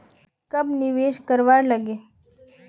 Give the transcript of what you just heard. कब निवेश करवार लागे?